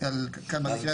על כמה.